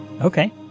Okay